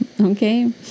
Okay